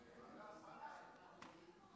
בוקר טוב, אדוני היושב-ראש.